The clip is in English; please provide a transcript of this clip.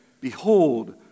Behold